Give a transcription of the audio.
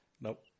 Nope